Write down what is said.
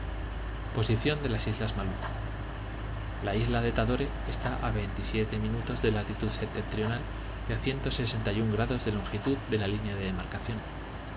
posición de las islas malucco la isla de tadore está a y siete minutos de latitud septentrional y sesenta y un grados de longitud de la línea de demarcación